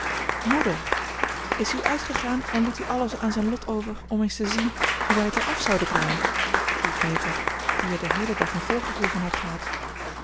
moeder is u uitgegaan en liet u alles aan zijn lot over om eens te zien hoe wij het er af zouden brengen riep meta die er den heelen dag een voorgevoel van had gehad